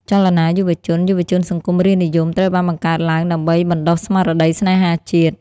ចលនាយុវជន "យុវជនសង្គមរាស្រ្តនិយម" ត្រូវបានបង្កើតឡើងដើម្បីបណ្តុះស្មារតីស្នេហាជាតិ។